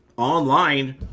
online